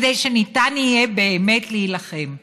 כדי שניתן יהיה באמת להילחם.